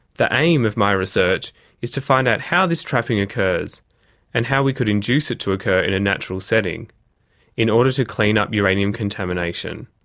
the aim of my research is to find out how this trapping occurs and how we could induce it to occur in a natural setting in order to clean up uranium contamination.